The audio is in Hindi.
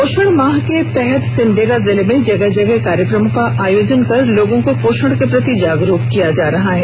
पोषण माह के तहत सिमडेगा जिले में जगह जगह कार्यक्रमों का आयोजन कर लोगों को पोषण के प्रति जागरूक किया जा रहा है